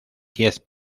diez